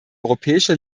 europäische